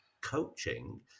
coaching